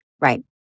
Right